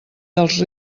dels